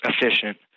efficient